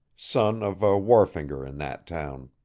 son of a wharfinger in that town.